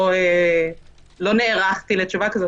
לא נערכתי לתשובה כזו.